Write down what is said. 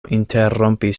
interrompis